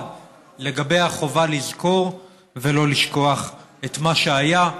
לגבי החובה לזכור ולא לשכוח את מה שהיה,